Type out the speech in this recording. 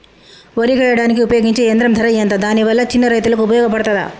వరి కొయ్యడానికి ఉపయోగించే యంత్రం ధర ఎంత దాని వల్ల చిన్న రైతులకు ఉపయోగపడుతదా?